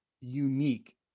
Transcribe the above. unique